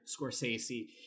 Scorsese